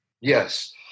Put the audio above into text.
Yes